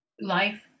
life